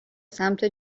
سمت